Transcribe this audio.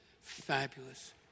fabulous